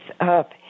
up